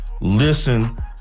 Listen